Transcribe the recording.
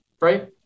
Right